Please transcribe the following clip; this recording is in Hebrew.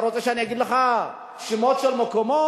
אתה רוצה שאני אגיד לך שמות של מקומות?